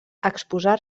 exposar